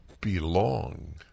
belong